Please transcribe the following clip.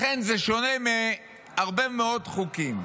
לכן, זה שונה מהרבה מאוד חוקים,